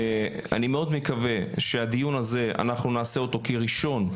ואני מאוד מקווה שהדיון הזה אנחנו נעשה אותו קיר ראשון,